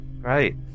right